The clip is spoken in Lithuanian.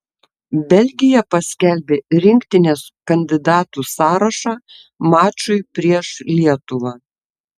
belgija paskelbė rinktinės kandidatų sąrašą mačui prieš lietuvą